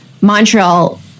Montreal